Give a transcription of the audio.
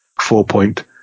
four-point